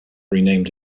renamed